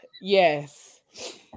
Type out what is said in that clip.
Yes